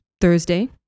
Thursday